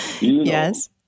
Yes